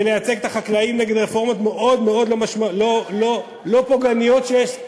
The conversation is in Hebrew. בלייצג את החקלאים נגד רפורמות מאוד מאוד לא פוגעניות שיש.